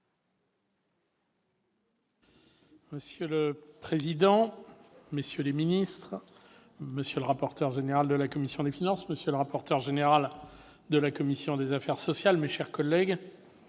Monsieur le président, messieurs les ministres, monsieur le président de la commission des finances, monsieur le rapporteur général de la commission des affaires sociales, mes chers collègues,